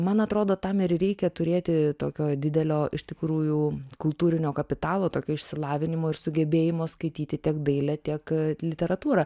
man atrodo tam ir reikia turėti tokio didelio iš tikrųjų kultūrinio kapitalo tokio išsilavinimo ir sugebėjimo skaityti tiek dailę tiek literatūrą